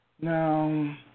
Now